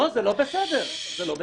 לא, זה לא בסדר, זה לא בסדר.